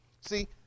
see